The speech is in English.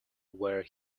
where